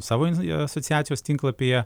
savo asociacijos tinklapyje